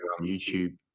YouTube